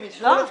לא.